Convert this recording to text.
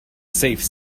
safe